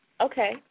Okay